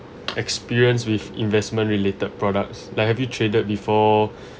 experience with investment related products like have you traded before